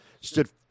stood